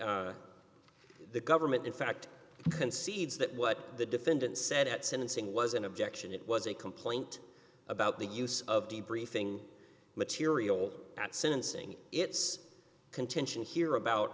the the government in fact concedes that what the defendant said at sentencing was an objection it was a complaint about the use of the briefing material at sentencing it's contention here about